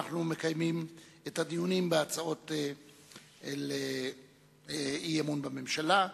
אנו מקיימים את הדיונים בהצעות אי-אמון בממשלה.